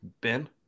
Ben